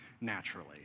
naturally